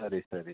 ಸರಿ ಸರಿ